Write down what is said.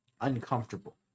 uncomfortable